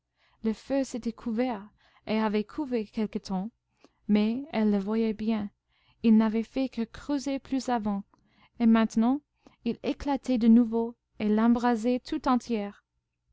le feu s'était couvert et avait couvé quelque temps mais elle le voyait bien il n'avait fait que creuser plus avant et maintenant il éclatait de nouveau et l'embrasait tout entière